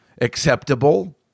acceptable